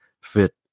fit